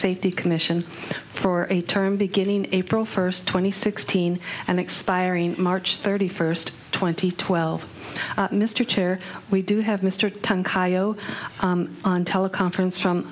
safety commission for a term beginning april first twenty sixteen and expiring march thirty first twenty twelve mr chair we do have mr tung caio on teleconference from